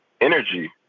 energy